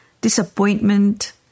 disappointment